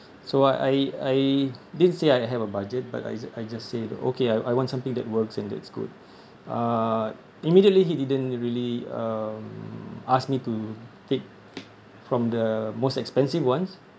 so I I I didn't say I have a budget but I I just say okay I want something that works and that's good uh immediately he didn't really uh ask me to take from the most expensive ones